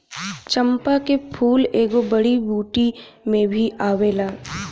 चंपा के फूल एगो जड़ी बूटी में भी आवेला